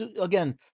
again